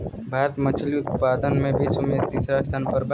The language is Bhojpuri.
भारत मछली उतपादन में विश्व में तिसरा स्थान पर बा